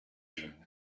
jeunes